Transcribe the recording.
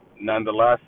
nonetheless